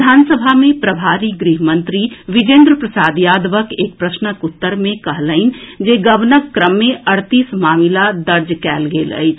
विधानसभा मे प्रभारी गृह मंत्री विजेन्द्र प्रसाद यादव एक प्रश्नक उत्तर मे कहलनि जे गबनक क्रम मे अड़तीस मामिला दर्ज कएल गेल अछि